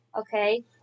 Okay